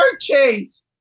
Chase